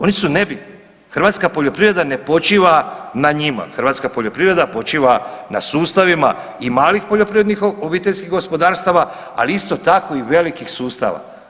Oni su nebitni, hrvatska poljoprivreda ne počiva na njima, hrvatska poljoprivreda počiva na sustavima i malih poljoprivrednih obiteljskih gospodarstava, ali isto tako i velikih sustava.